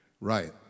Right